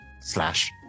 slash